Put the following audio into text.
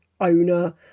owner